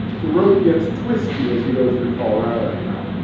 the road gets twisty as you go through colorado you know.